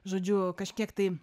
žodžiu kažkiek tai